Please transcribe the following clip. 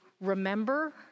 remember